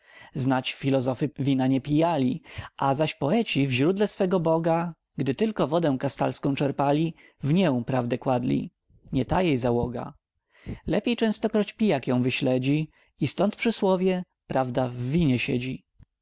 znać filozofy wina nie pijali a zaś poeci w źródle swego boga gdy tylko wodę kastalską czerpali w nię prawdę kładli nie ta jej załoga lepiej częstokroć pijak ją wyśledzi i stąd przysłowie prawda w winie siedzi